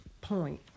point